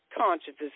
consciousness